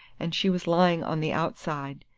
and she was lying on the outside,